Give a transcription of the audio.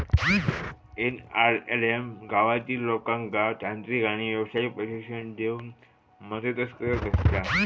NRLM गावातील लोकांका तांत्रिक आणि व्यावसायिक प्रशिक्षण देऊन मदतच करत असता